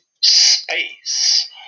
space